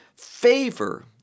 favor